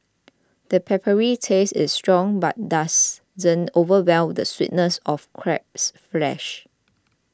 the peppery taste is strong but doesn't overwhelm the sweetness of crab's flesh